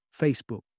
Facebook